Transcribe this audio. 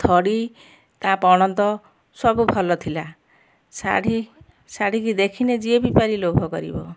ଧଡ଼ି ତା ପଣତ ସବୁ ଭଲ ଥିଲା ଶାଢ଼ୀ ଶାଢ଼ୀ କି ଦେଖିନେ ଯିଏ ବି ଭାରୀ ଲୋଭ କରିବ